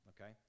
Okay